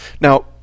Now